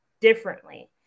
differently